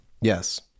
Yes